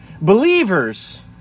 Believers